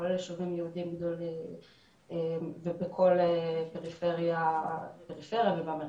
כולל יישובים יהודיים גדולים ובפריפריה ובמרכז.